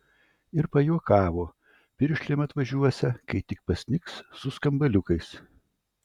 ir pajuokavo piršlėm atvažiuosią kai tik pasnigs su skambaliukais